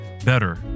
better